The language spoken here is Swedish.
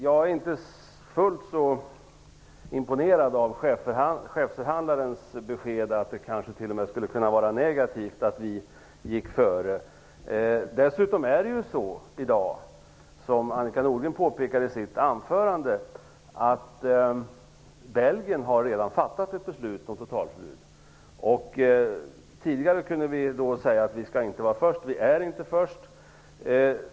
Jag är inte fullt så imponerad av chefsförhandlarens besked att det kanske t.o.m. skulle kunna vara negativt att vi gick före. Dessutom har Belgien redan fattat ett beslut om totalförbud, som Annika Nordgren påpekade i sitt anförande. Tidigare kunde vi säga att vi inte skall vara först. Vi är inte först.